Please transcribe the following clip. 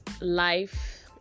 life